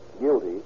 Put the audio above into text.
guilty